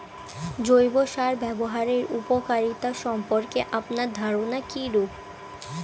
জৈব সার ব্যাবহারের উপকারিতা সম্পর্কে আপনার ধারনা কীরূপ?